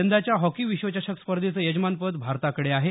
यंदाच्या हॉकी विश्वचषक स्पर्धेचं यजमानपद भारताकडे आहे